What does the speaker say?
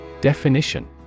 Definition